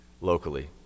locally